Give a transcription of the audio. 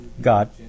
God